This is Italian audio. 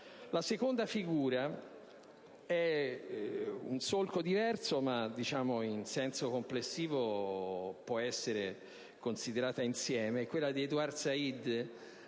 La seconda figura - è un solco diverso, ma in senso complessivo può essere considerata insieme - è quella di Edward Said,